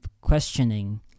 questioning